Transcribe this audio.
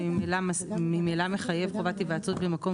שהוא ממילא מחייב חובת היוועצות במקום